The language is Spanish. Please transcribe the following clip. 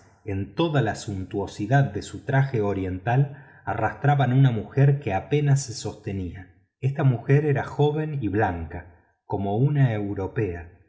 en toda la suntuosidad de su traje oriental arrastraban una mujer que apenas se sostenía esta mujer era joven y blanca como una europea